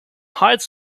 hide